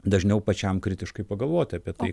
dažniau pačiam kritiškai pagalvot apie tai